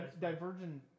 divergent